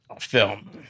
film